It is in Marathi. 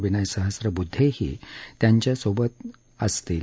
विनय सहस्त्रबुद्धेही त्यांच्यासोबत असतील